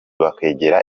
bakegera